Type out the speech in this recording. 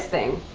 thing.